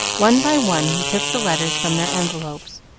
one by one he took the letters from their envelopes,